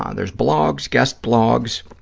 um there's blogs, guest blogs,